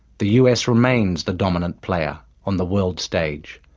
the us remains the dominant player on the world stage,